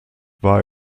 war